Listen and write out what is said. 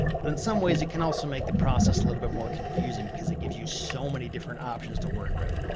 but in some ways, it can also make the process a little bit more confusing because it gives you so many different options to work with.